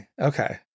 okay